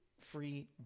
free